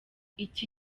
iki